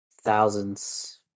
thousands